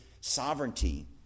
sovereignty